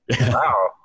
Wow